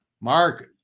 Mark